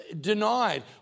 denied